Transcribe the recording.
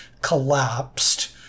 collapsed